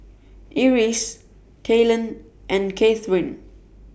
Iris Talen and Kathryne